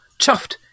Chuffed